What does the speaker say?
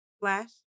Flash